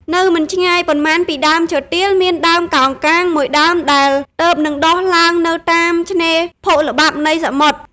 នៅមិនឆ្ងាយប៉ុន្មានពីដើមឈើទាល មានដើមកោងកាង មួយដើមដែលទើបនឹងដុះឡើងនៅតាមឆ្នេរភក់ល្បាប់នៃសមុទ្រ។